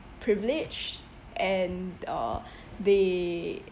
privileged and uh they